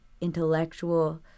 intellectual